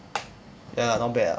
ya not bad ah